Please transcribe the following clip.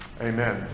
Amen